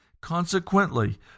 Consequently